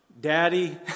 daddy